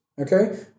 okay